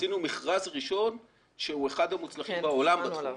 עשינו מכרז ראשון הוא אחד המוצלחים בעולם בתחום הזה.